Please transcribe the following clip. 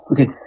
Okay